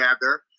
gather